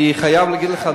אני חייב להגיד לך,